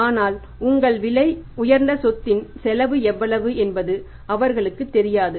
ஆனால் உங்கள் விலை உயர்ந்த சொத்தின் செலவு எவ்வளவு என்பது அவர்களுக்கு தெரியாது